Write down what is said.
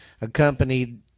accompanied